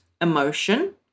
emotion